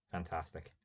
Fantastic